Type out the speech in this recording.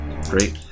Great